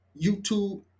YouTube